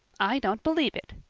i don't believe it,